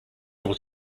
able